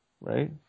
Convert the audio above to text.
right